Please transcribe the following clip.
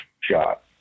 shot